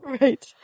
Right